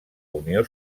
unió